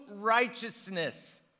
righteousness